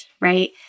right